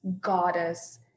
goddess